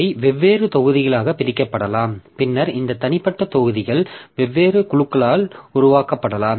அவை வெவ்வேறு தொகுதிகளாகப் பிரிக்கப்படலாம் பின்னர் இந்த தனிப்பட்ட தொகுதிகள் வெவ்வேறு குழுக்களால் உருவாக்கப்படலாம்